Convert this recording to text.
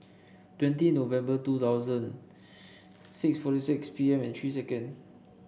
twenty November two thousand six forty six P M and three second